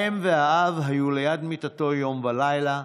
האם והאב היו ליד מיטתו יום ולילה,